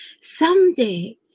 someday